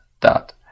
dot